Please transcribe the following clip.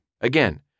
Again